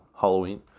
Halloween